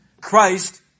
Christ